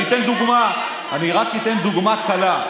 כי אני, אני אתן דוגמה, אני רק אתן דוגמה קלה.